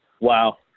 Wow